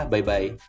Bye-bye